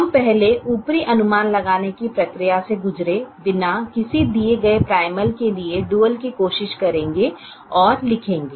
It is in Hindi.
हम पहले ऊपरी अनुमान लगाने की प्रक्रिया से गुजरे बिना किसी दिए गए प्राइमल के लिए डुअल की कोशिश करेंगे और लिखेंगे